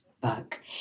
book